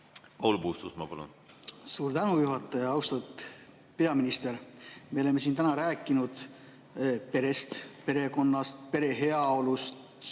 Paul Puustusmaa, palun! Suur tänu, juhataja! Austatud peaminister! Me oleme täna rääkinud perest, perekonnast, pere heaolust,